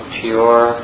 pure